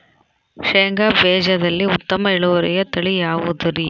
ಶೇಂಗಾ ಬೇಜದಲ್ಲಿ ಉತ್ತಮ ಇಳುವರಿಯ ತಳಿ ಯಾವುದುರಿ?